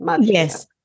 Yes